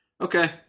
Okay